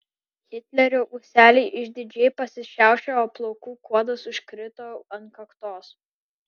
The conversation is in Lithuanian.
hitlerio ūseliai išdidžiai pasišiaušė o plaukų kuodas užkrito ant kaktos